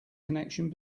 connection